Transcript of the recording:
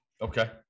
Okay